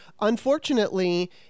unfortunately